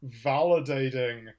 validating